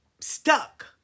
stuck